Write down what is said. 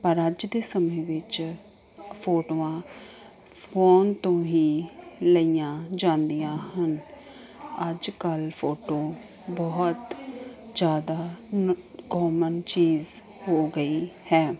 ਪਰ ਅੱਜ ਦੇ ਸਮੇਂ ਵਿੱਚ ਫੋਟੋਆਂ ਫੋਨ ਤੋਂ ਹੀ ਲਈਆਂ ਜਾਂਦੀਆਂ ਹਨ ਅੱਜ ਕੱਲ੍ਹ ਫੋਟੋ ਬਹੁਤ ਜ਼ਿਆਦਾ ਨ ਕੋਮਨ ਚੀਜ਼ ਹੋ ਗਈ ਹੈ